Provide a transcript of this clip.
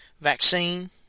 vaccine